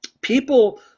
People